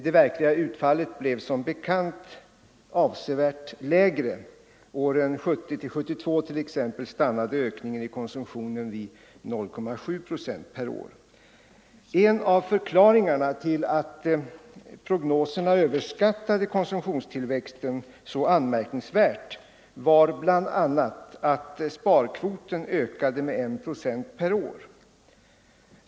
Det verkliga utfallet blev som bekant avsevärt lägre. Åren 1970-1972 1. ex. stannade ökningen i konsumtionen vid 0,7 procent per år. En av förklaringarna till att prognoserna överskattade konsumtionstillväxten så anmärkningsvärt var bl.a. att sparkvoten ökade med 1 procent per år.